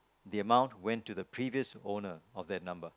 the amount went to the previous owner of that number